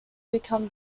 became